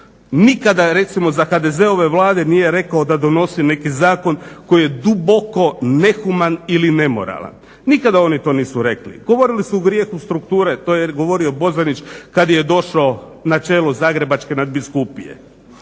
recimo za HDZ-ove vlade nije rekao da donosi neki zakon koji je duboko nehuman ili nemoralan. Nikada oni to nisu rekli, govorili su o grijehu strukture, to je govorio Bozanić kad je došao na čelo Zagrebačke nadbiskupije.